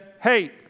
Hey